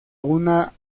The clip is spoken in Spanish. una